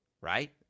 Right